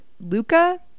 luca